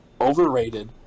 overrated